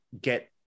get